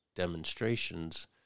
demonstrations